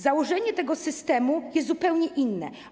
Założenie tego systemu jest zupełnie inne.